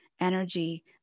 energy